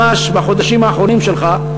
ממש בחודשים האחרונים שלך,